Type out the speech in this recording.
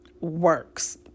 works